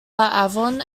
avon